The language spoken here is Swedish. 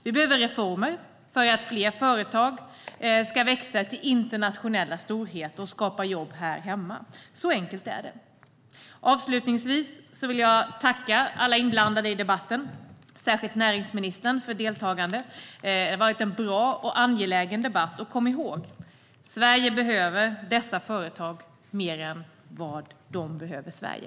Vi behöver reformer för att fler företag ska växa till internationella storheter och skapa jobb här hemma. Så enkelt är det. Avslutningsvis vill jag tacka alla inblandade i debatten, särskilt näringsministern för hans deltagande. Det har varit en bra och angelägen debatt. Kom ihåg att Sverige behöver dessa företag mer än vad de behöver Sverige.